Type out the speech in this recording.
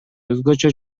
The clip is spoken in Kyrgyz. өзгөчө